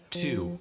two